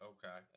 Okay